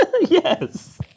Yes